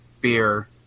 beer